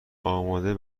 آماده